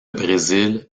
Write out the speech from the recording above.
brésil